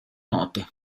note